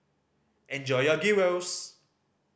enjoy your Gyros